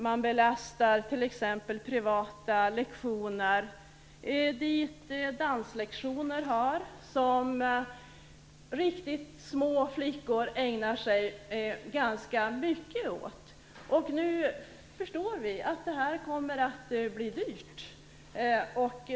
Man belastar t.ex. de privata danslektioner som riktigt små flickor ägnar sig ganska mycket åt. Nu förstår vi att det här kommer att bli dyrt.